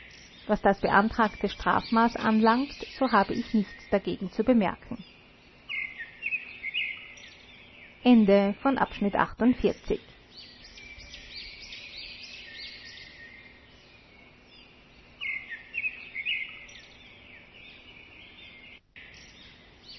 was das beantragte strafmaß anlangt so habe ich nichts dagegen zu bemerken